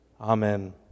Amen